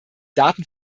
daten